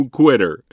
quitter